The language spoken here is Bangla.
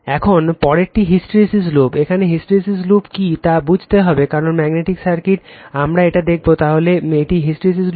এখন পরেরটি হিস্টেরেসিস লুপ এখানে হিস্টেরেসিস লুপ কী তা বুঝতে হবে কারণ ম্যাগনেটিক সার্কিট আমরা এটি দেখব তাহলে এটি হিস্টেরেসিস লুপ